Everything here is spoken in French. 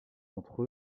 entre